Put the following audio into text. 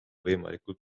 võimalikult